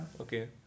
Okay